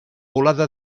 volada